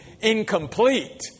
incomplete